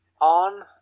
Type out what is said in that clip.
on